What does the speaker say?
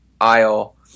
aisle